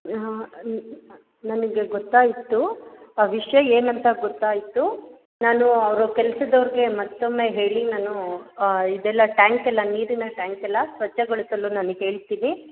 ಹಾಂ ನನಗೆ ಗೊತ್ತಾಯಿತು ಆ ವಿಷಯ ಏನಂತ ಗೊತ್ತಾಯಿತು ನಾನು ಅವರು ಕೆಲಸದವ್ರ್ಗೆ ಮತ್ತೊಮ್ಮೆ ಹೇಳಿ ನಾನು ಇದೆಲ್ಲ ಟ್ಯಾಂಕ್ ಎಲ್ಲ ನೀರಿನ ಟ್ಯಾಂಕ್ ಎಲ್ಲ ಸ್ವಚ್ಛಗೊಳಿಸಲು ನಾನು ಹೇಳ್ತೀನಿ